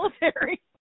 military